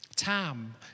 Tam